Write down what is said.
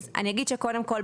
קודם כל,